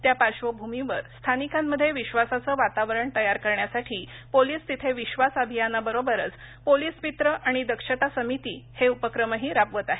त्या पार्श्वभूमीवर स्थानिकांमध्ये विश्वासाचं वातावरण तयार करण्यासाठी पोलीस तिथे विश्वास अभियानाबरोबरच पोलीस मित्र आणि दक्षता समिती हे उपक्रमही राबवत आहेत